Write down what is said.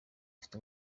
afite